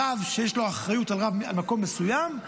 רב שיש לו אחריות על מקום מסוים,